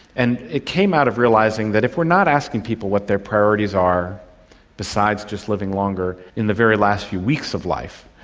and it came out of realising that if we are not asking people what their priorities are besides just living longer in the very last few weeks of life,